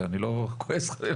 להתקדם.